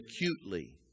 acutely